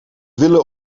willen